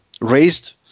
raised